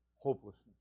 Hopelessness